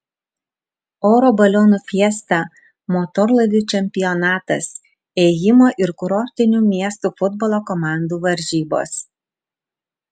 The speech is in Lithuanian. oro balionų fiesta motorlaivių čempionatas ėjimo ir kurortinių miestų futbolo komandų varžybos